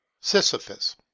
Sisyphus